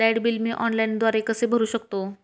Light bill मी ऑनलाईनद्वारे कसे भरु शकतो?